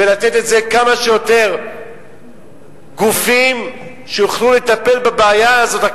ולתת את זה לכמה שיותר גופים שיוכלו לטפל בבעיה הזאת,